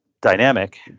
dynamic